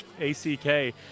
A-C-K